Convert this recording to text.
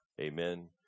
Amen